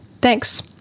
Thanks